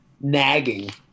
nagging